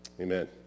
Amen